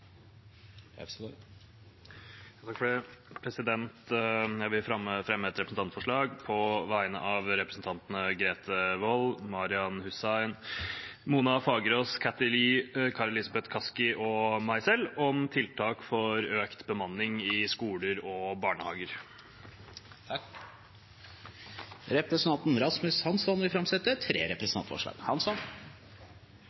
Jeg vil fremme et representantforslag på vegne av representantene Grete Wold, Marian Abdi Hussein, Mona Fagerås, Kathy Lie, Kari Elisabeth Kaski og meg selv om tiltak for økt bemanning i skole og barnehager. Representanten Rasmus Hansson vil framsette tre